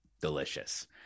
delicious